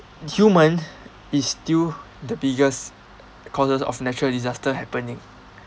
human is still the biggest causes of natural disaster happening